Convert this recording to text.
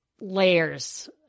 layers